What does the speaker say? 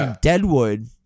Deadwood